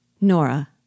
Nora